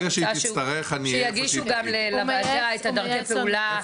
אני רוצה שיגישו גם לוועדה את דרכי הפעולה.